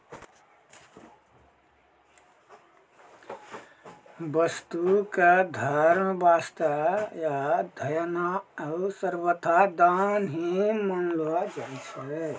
वस्तु क धर्म वास्तअ देना सर्वथा दान ही मानलो जाय छै